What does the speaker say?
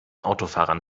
autofahrern